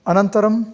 अनन्तरं